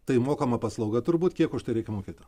tai mokama paslauga turbūt kiek už tai reikia mokėti